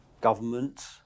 government